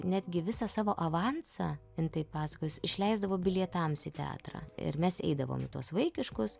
netgi visą savo avansą jin taip pasakojo jis išleisdavo bilietams į teatrą ir mes eidavom į tuos vaikiškus